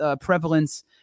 prevalence